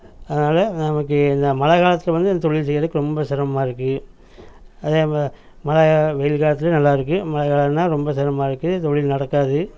அதனால் நமக்கு இந்த மழை காலத்தில் வந்து இந்த தொழில் செய்யறதுக்கு ரொம்ப சிரமமா இருக்குது அதே ம மழை கா வெயில் காலத்துலேயும் நல்லாயிருக்கு மழை காலன்னா ரொம்ப சிரமமா இருக்குது தொழில் நடக்காது